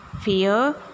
fear